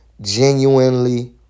genuinely